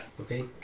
Okay